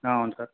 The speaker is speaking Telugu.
అవును సార్